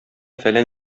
фәлән